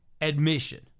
admission